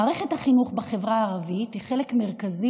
מערכת החינוך בחברה הערבית היא חלק מרכזי